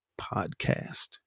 podcast